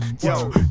Yo